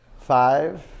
Five